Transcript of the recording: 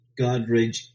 Godridge